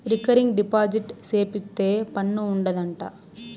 recurring deposit సేపిత్తే పన్ను ఉండదు అంట